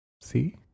See